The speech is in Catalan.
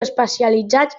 especialitzats